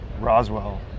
roswell